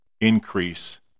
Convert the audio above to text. increase